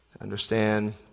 understand